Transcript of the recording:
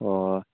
ꯑꯣ